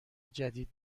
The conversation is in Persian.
جدید